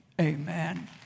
Amen